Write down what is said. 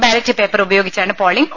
ballot paper ഉപയോഗിച്ചാണ് polling